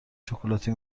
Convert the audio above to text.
شکلاتی